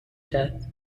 death